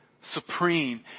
supreme